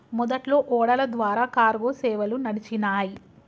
మొదట్లో ఓడల ద్వారా కార్గో సేవలు నడిచినాయ్